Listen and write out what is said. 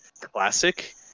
classic